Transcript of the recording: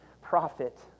prophet